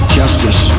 justice